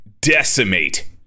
decimate